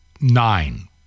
nine